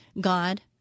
God